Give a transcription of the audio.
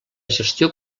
gestió